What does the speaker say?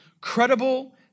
credible